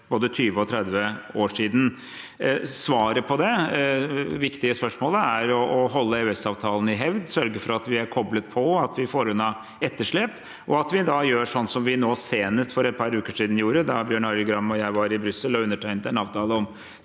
både 20 og 30 år siden. Svaret på det viktige spørsmålet er å holde EØS-avtalen i hevd, sørge for at vi er koblet på, at vi får unna etterslep, og at vi gjør slik som vi gjorde senest for et par uker siden, da Bjørn Arild Gram og jeg var i Brussel og undertegnet en avtale om